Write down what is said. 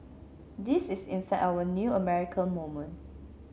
this is in fact our new American moment